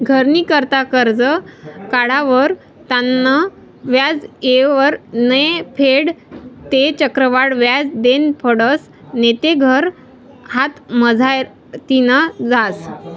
घरनी करता करजं काढावर त्यानं व्याज येयवर नै फेडं ते चक्रवाढ व्याज देनं पडसं नैते घर हातमझारतीन जास